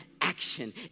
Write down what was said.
action